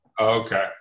Okay